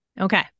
Okay